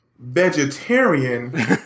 vegetarian